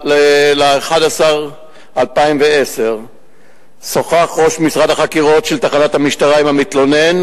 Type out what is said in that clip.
ב-14 בנובמבר 2010 שוחח ראש משרד החקירות של תחנת המשטרה עם המתלונן